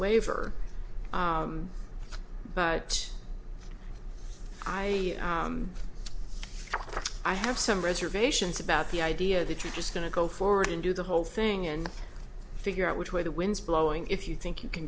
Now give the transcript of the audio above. waiver but i i have some reservations about the idea that you're just going to go forward and do the whole thing and figure out which way the wind's blowing if you think you can